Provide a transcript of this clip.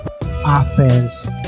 offense